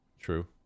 true